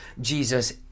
Jesus